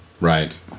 Right